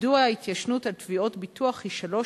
2. מדוע ההתיישנות על תביעות ביטוח היא שלוש